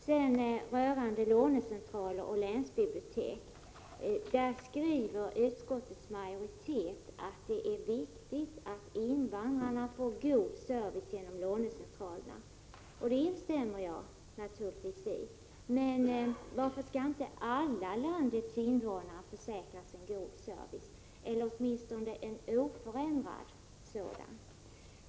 I fråga om lånecentraler och länsbibliotek skriver utskottsmajoriteten att det är viktigt att invandrarna får god service genom lånecentralerna, och det instämmer jag naturligtvis i. Men varför skall inte alla landets invånare tillförsäkras en god service eller åtminstone en oförändrad sådan?